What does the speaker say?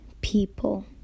people